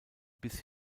bis